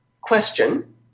question